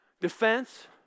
Defense